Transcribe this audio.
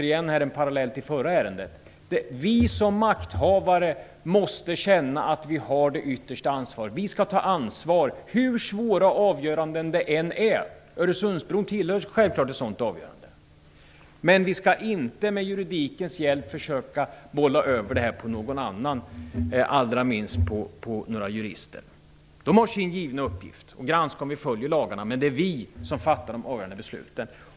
Vi som makthavare måste känna att vi har det yttersta ansvaret - återigen en parallell till det förra ärendet. Vi skall ta ansvar hur svåra avgöranden det än är fråga om. Öresundsbron är självfallet just en sådan fråga. Men vi skall inte med juridikens hjälp försöka att bolla över avgörandet på någon annan, allra minst på några jurister. De har sin givna uppgift att granska om vi följer lagarna, men det är vi som fattar de avgörande besluten.